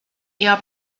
eher